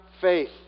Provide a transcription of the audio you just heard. faith